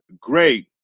great